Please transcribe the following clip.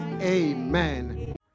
Amen